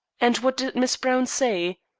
and what did miss browne say?